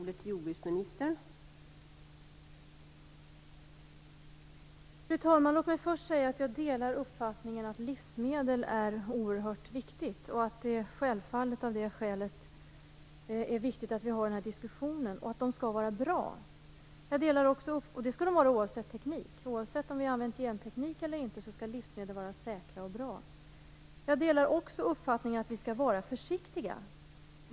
Fru talman! Jag delar uppfattningen att frågan om livsmedel är oerhört viktig och att det av det skälet självfallet är viktigt att vi har den här diskussionen. Livsmedlen skall vara bra, och det skall de vara oavsett teknik. Oavsett om vi har använt genteknik eller inte skall livsmedel vara säkra och bra. Jag delar också uppfattningen att vi skall vara försiktiga.